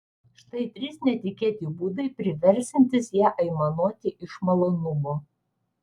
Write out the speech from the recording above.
štai trys netikėti būdai priversiantys ją aimanuoti iš malonumo